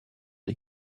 des